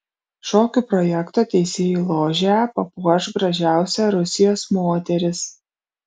šokių projekto teisėjų ložę papuoš gražiausia rusijos moteris